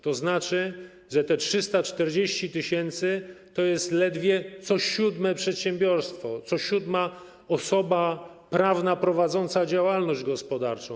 To znaczy, że te 340 tys. to jest ledwie co siódme przedsiębiorstwo, co siódma osoba prawna prowadząca działalność gospodarczą.